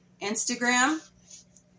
Instagram